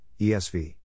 ESV